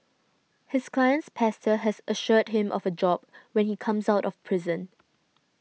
his client's pastor has assured him of a job when he comes out of prison